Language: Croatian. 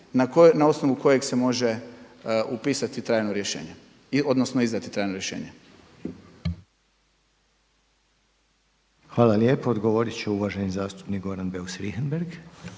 na osnovu koje se može upisati trajno rješenje odnosno izdati trajno rješenje. **Reiner, Željko (HDZ)** Hvala lijepo. Odgovorit će uvaženi zastupnik Goran Beus Richembergh.